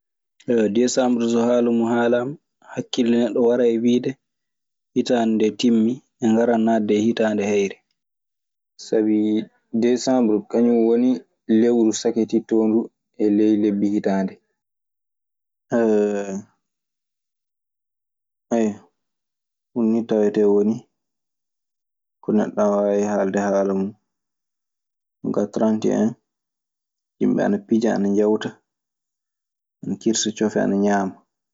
Ayiwa Deesambru so haala mun haalaama, hakkille neɗɗo waran e wiide hitaande ndee timmii. En ngaran naatde e hitaande heyre. Sabii Deesambr kañun woni lewru sakitittoondu e ley lebbi hitaande. Ɗun nii tawetee woni ko neɗɗo ana waawi haalde haala mun. Jonkaa taranti en, yimɓe ana pija, ana ñaama, ana kirsa cofe ana ñaama.